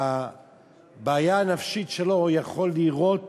בבעיה הנפשית שלו, יכול לירות